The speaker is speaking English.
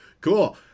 Cool